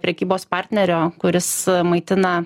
prekybos partnerio kuris maitina